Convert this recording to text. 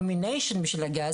מינוי בשביל להגיע לשם.